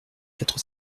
quatre